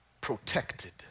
protected